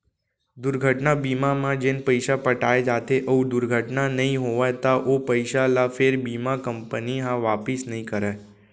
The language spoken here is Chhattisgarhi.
दुरघटना बीमा म जेन पइसा पटाए जाथे अउ दुरघटना नइ होवय त ओ पइसा ल फेर बीमा कंपनी ह वापिस नइ करय